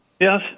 yes